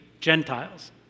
Gentiles